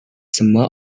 semua